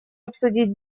обсудить